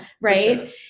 Right